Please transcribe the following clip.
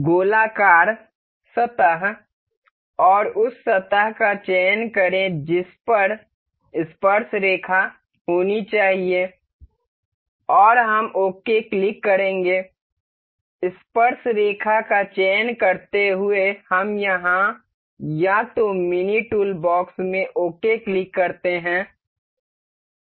गोलाकार सतह और उस सतह का चयन करें जिस पर स्पर्शरेखा होनी चाहिए और हम ओके क्लिक करेंगे स्पर्शरेखा का चयन करते हुए हम यहाँ या तो मिनी टूलबॉक्स में ओके क्लिक करते हैं